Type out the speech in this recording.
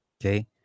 okay